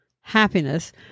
happiness